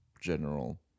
General